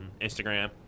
instagram